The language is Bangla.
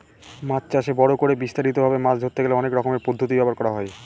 মাছ চাষে বড় করে বিস্তারিত ভাবে মাছ ধরতে গেলে অনেক রকমের পদ্ধতি ব্যবহার করা হয়